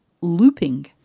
looping